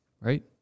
right